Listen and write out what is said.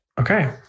Okay